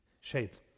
Shades